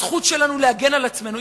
הזכות שלנו להגן על עצמנו,